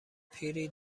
پیری